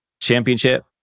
Championship